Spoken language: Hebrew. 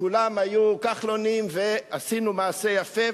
כולם היו כחלונים ועשינו מעשה יפה.